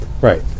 Right